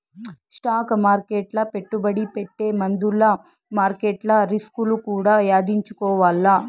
stock మార్కెట్ల పెట్టుబడి పెట్టే ముందుల మార్కెట్ల రిస్కులు కూడా యాదించుకోవాల్ల